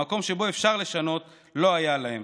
המקום שבו אפשר לשנות, לא היה להם.